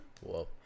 Whoa